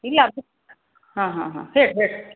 ಇಲ್ಲ ಅದು ಹಾಂ ಹಾಂ ಹಾಂ ಹೇಳ್ರಿ ಹೇಳ್ರಿ